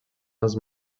nas